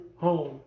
home